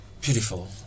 beautiful